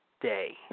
day